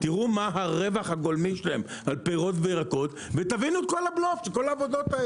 תראו מה הרווח הגולמי שלהם על פירות וירקות ותבינו את כל הבלוף בחיים,